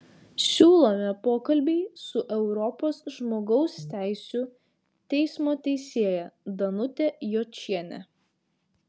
siūlome pokalbį su europos žmogaus teisių teismo teisėja danute jočiene